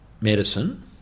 medicine